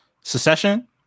Secession